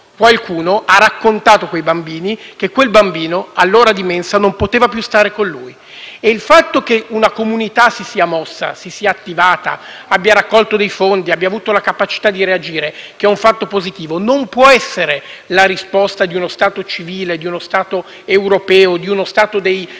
qualcuno ha raccontato a quei bambini che un certo bambino, all'ora della mensa, non poteva più stare con loro. Il fatto che una comunità si sia mossa, si sia attivata, abbia raccolto dei fondi, abbia avuto la capacità di reagire, che è un fatto positivo, non può essere la risposta di uno Stato civile, di uno Stato europeo, di uno Stato del